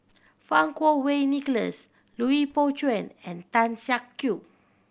Fang Kuo Wei Nicholas Lui Pao Chuen and Tan Siak Kew